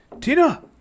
Tina